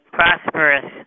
prosperous